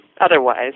otherwise